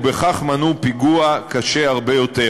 ובכך מנעו פיגוע קשה הרבה יותר.